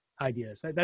ideas